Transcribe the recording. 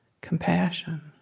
compassion